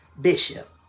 Bishop